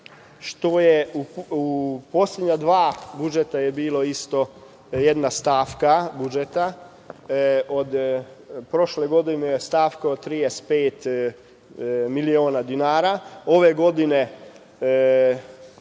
što je u poslednja dva budžeta isto bila jedna stavka budžeta. Od prošle godine je stavka od 35 miliona dinara, ove godine